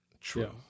true